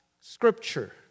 Scripture